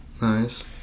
Nice